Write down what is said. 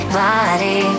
body